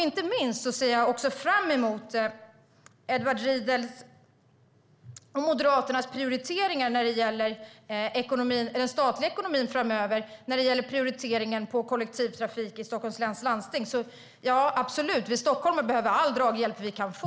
Inte minst ser jag fram emot Edward Riedls och Moderaternas prioriteringar i den statliga ekonomin framöver och deras prioriteringar rörande kollektivtrafik i Stockholms läns landsting. Vi stockholmare behöver absolut all draghjälp vi kan få.